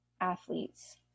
athletes